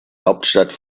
hauptstadt